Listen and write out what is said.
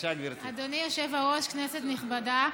אדוני היושב-ראש, כנסת נכבדה.